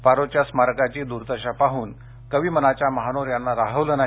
पारोच्या स्मारकाची दूर्दशा पाहून कवी मनाच्या महानोर यांना राहवलं नाही